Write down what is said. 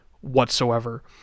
whatsoever